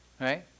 right